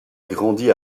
grandi